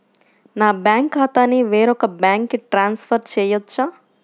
నా బ్యాంక్ ఖాతాని వేరొక బ్యాంక్కి ట్రాన్స్ఫర్ చేయొచ్చా?